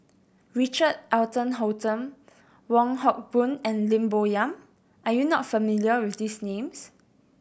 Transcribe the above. Richard Eric Holttum Wong Hock Boon and Lim Bo Yam are you not familiar with these names